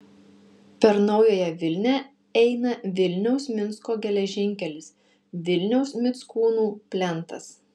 per naująją vilnią eina vilniaus minsko geležinkelis vilniaus mickūnų plentas